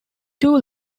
two